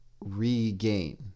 regain